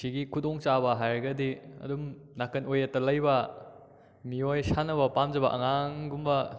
ꯁꯤꯒꯤ ꯈꯨꯗꯣꯡ ꯆꯥꯕ ꯍꯥꯏꯔꯒꯗꯤ ꯑꯗꯨꯝ ꯅꯥꯀꯟ ꯑꯣꯏ ꯌꯦꯠꯇ ꯂꯩꯕ ꯃꯤꯑꯣꯏ ꯁꯥꯟꯅꯕ ꯄꯥꯝꯖꯕ ꯑꯉꯥꯡꯒꯨꯝꯕ